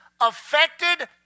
affected